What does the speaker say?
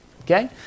okay